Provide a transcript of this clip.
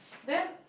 then